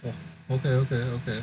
well okay okay okay